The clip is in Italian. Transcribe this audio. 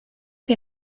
che